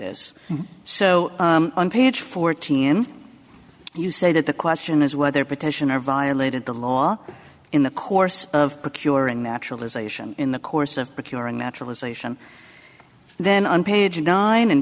is so on page fourteen when you say that the question is whether petitioner violated the law in the course of procuring naturalization in the course of procuring naturalization then on page nine and